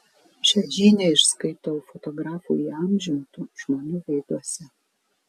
šią žinią išskaitau fotografų įamžintų žmonių veiduose